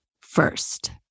first